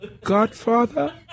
godfather